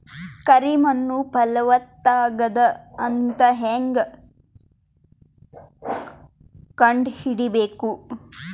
ಕರಿ ಮಣ್ಣು ಫಲವತ್ತಾಗದ ಅಂತ ಹೇಂಗ ಕಂಡುಹಿಡಿಬೇಕು?